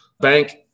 Bank